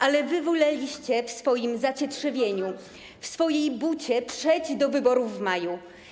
Ale wy woleliście w swoim zacietrzewieniu, w swojej bucie przeć do wyborów w maju.